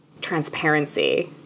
transparency